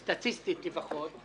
סטטיסטית לפחות,